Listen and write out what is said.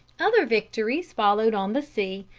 other victories followed on the sea,